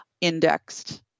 indexed